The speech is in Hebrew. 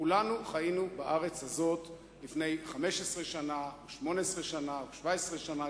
כולנו חיינו בארץ הזאת לפני 15 שנה ו-18 שנה ו-17 שנה,